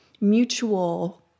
mutual